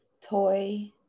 toy